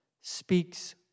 speaks